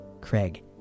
Craig